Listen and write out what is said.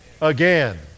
Again